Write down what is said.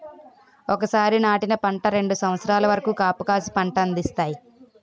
ఒకసారి నాటిన పంట రెండు సంవత్సరాల వరకు కాపుకాసి పంట అందిస్తాయి